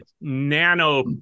nano